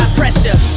pressure